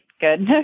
Good